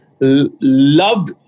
loved